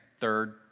third